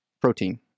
protein